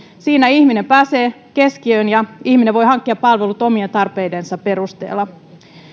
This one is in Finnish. siinä ihminen pääsee keskiöön ja voi hankkia palvelut omien tarpeidensa perusteella